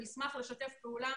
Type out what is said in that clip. נשמח לשתף פעולה